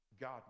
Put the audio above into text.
god